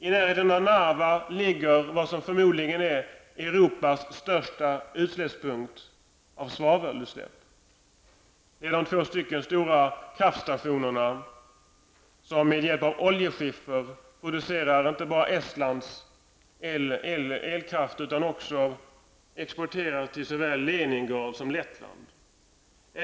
I närheten av Narva ligger vad som förmodligen är Europas största utsläppsområde när det gäller svavelutsläpp med två stora kraftstationer där man med hjälp av oljeskiffer producerar inte bara Estlands behov av elkrafter utan också exporterar till såväl Leningrad som Lettland.